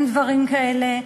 אין דברים כאלה.